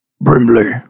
Brimley